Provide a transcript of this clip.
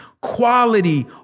quality